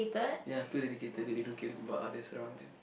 ya too dedicated that they don't care about others around them